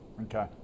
okay